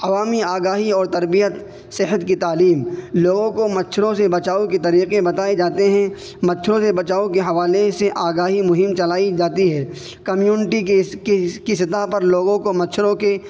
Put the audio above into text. عوامی آگاہی اور تربیت صحت کی تعلیم لوگوں کو مچھروں سے بچاؤ کے طریقے بتائے جاتے ہیں مچھروں سے بچاؤ کے حوالے سے آگاہی مہم چلائی جاتی ہے کمیونٹی کی اس کے اس کی سطح پر لوگوں کو مچھروں کے